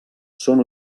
són